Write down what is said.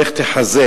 לך תחזק,